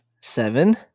Seven